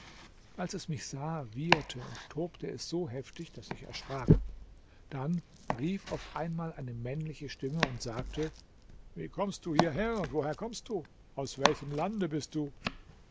als es mich sah wieherte und tobte es so heftig daß ich erschrak dann rief auf einmal eine männliche stimme und sagte wie kommst du hierher und woher kommst du aus welchem lande bist du